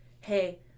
hey